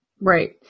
Right